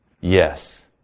yes